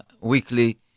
weekly